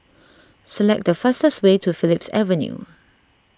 select the fastest way to Phillips Avenue